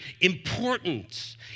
important